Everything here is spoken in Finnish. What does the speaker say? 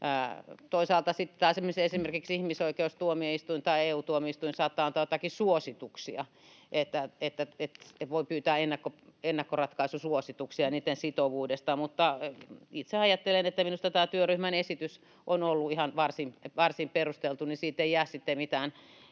taas esimerkiksi ihmisoikeustuomioistuin tai EU-tuomioistuin saattaa antaa joitakin suosituksia, eli voi pyytää ennakkoratkaisusuosituksia sitovuudesta. Mutta itse ajattelen, että minusta tämä työryhmän esitys on ollut ihan varsin perusteltu, niin että siitä ei jää sitten